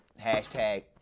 hashtag